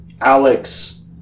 Alex